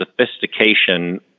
sophistication